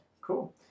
Cool